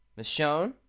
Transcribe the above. Michonne